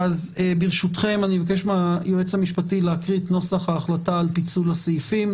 ברשותכם היועץ המשפטי יקריא את נוסח ההחלטה על פיצול הסעיפים,